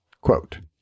Quote